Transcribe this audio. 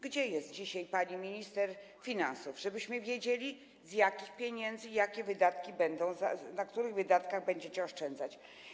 Gdzie jest dzisiaj pani minister finansów, żebyśmy wiedzieli, z jakich pieniędzy jakie wydatki będą, na których wydatkach będziecie oszczędzać?